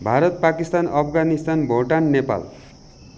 Bharat Pakistan Afghanistan Bhutan Nepal